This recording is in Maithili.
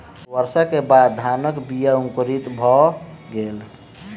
वर्षा के बाद धानक बीया अंकुरित भअ गेल